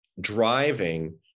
driving